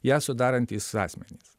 ją sudarantys asmenys